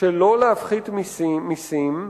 שלא להפחית מסים לנוכח,